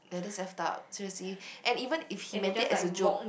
ya that's effed up seriously and even if he meant it as a joke